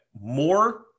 more